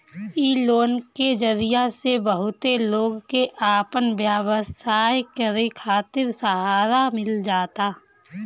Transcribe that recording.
इ लोन के जरिया से बहुते लोग के आपन व्यवसाय करे खातिर सहारा मिल जाता